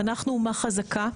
אנחנו אומה חזקה,